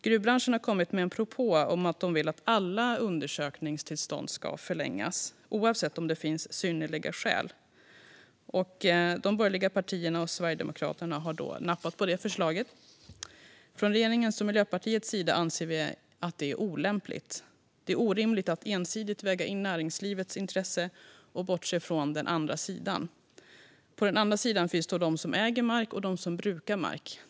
Gruvbranschen har kommit med en propå om att man vill att alla undersökningstillstånd ska förlängas med ett år oavsett om det finns synnerliga skäl eller inte. De borgerliga partierna och Sverigedemokraterna har nappat på det förslaget. Från regeringens och Miljöpartiets sida anser vi att det är olämpligt. Det är orimligt att ensidigt väga in näringslivets intresse och bortse från den andra sidan. På den andra sidan finns de som äger mark och de som brukar mark.